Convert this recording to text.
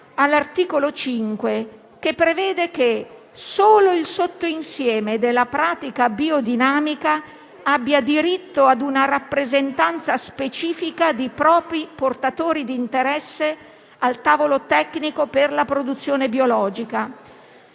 all'articolo 5, che prevede che solo il sottoinsieme della pratica biodinamica abbia diritto ad una rappresentanza specifica di propri portatori di interesse al tavolo tecnico per la produzione biologica.